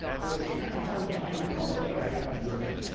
but it's kind of hard buying a car that i haven't driven.